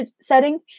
setting